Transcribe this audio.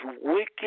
wicked